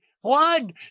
One